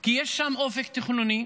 כי יש שם אופק תכנוני.